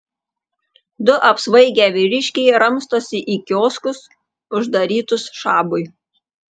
du apsvaigę vyriškiai ramstosi į kioskus uždarytus šabui